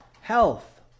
health